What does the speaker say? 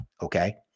Okay